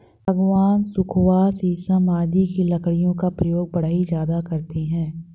सागवान, सखुआ शीशम आदि की लकड़ियों का प्रयोग बढ़ई ज्यादा करते हैं